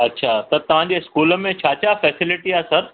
अच्छा त तव्हां जे स्कूल में छा छा फैसिलिटी आहे सर